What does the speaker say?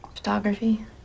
photography